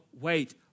wait